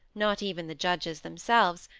not even the judges themselves,